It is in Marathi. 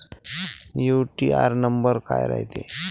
यू.टी.आर नंबर काय रायते?